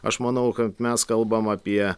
aš manau kad mes kalbam apie